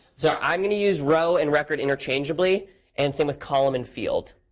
so i'm going to use row and record interchangeably and some with column and field.